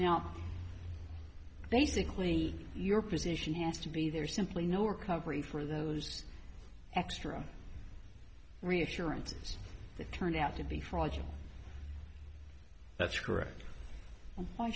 now basically your position has to be there's simply no recovery for those extra reassurances that turn out to be fraudulent that's correct